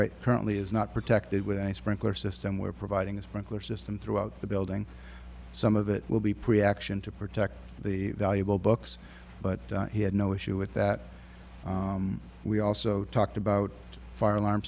right currently is not protected with a sprinkler system we're providing a sprinkler system throughout the building some of it will be pre action to protect the valuable books but he had no issue with that we also talked about fire alarm